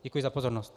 Děkuji za pozornost.